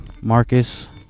Marcus